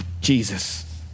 Jesus